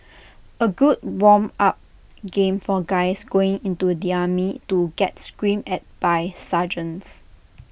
A good warm up game for guys going into the army to get screamed at by sergeants